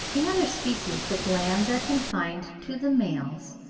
in other species the glands are confined to the males,